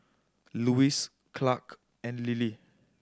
Louise Clare and Lillie